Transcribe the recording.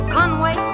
Conway